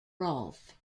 rolfe